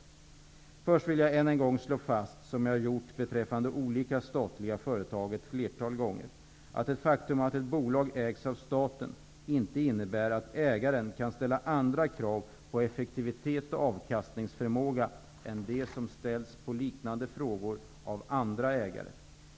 Först vill jag än en gång slå fast, som jag har gjort beträffande olika statliga företag ett flertal gånger, att det faktum att ett bolag ägs av staten inte innebär att ägaren kan ställa andra krav på att effektivitet och avkastningsförmåga än de som ställs på liknande frågor av andra ägare.